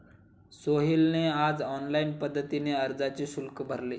सोहेलने आज ऑनलाईन पद्धतीने अर्जाचे शुल्क भरले